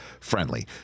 friendly